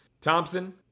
Thompson